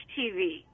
TV